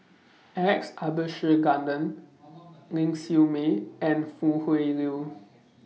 Alex Abisheganaden Ling Siew May and Foo Tui Liew